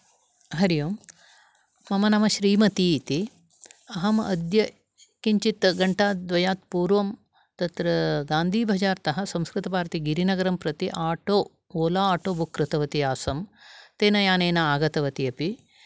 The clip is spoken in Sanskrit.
हरि ओं मम नाम श्रीमती इति अहम् अद्य किञ्चित् घण्टाद्वयात् पूर्वं तत्र गान्धी बजार् तः संस्कृतभारतीगिरिनगरं प्रति आटो ओला आटो बुक् कृतवती आसं तेन यानेन आगतवती अपि